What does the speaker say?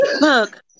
Look